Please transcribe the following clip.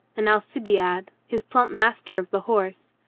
and alcibiade, his plump master of the horse,